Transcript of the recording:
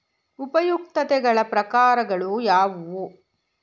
ಉಪಯುಕ್ತತೆಗಳ ಪ್ರಕಾರಗಳು ಯಾವುವು?